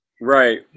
right